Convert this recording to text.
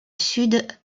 sud